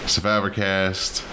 SurvivorCast